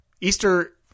Easter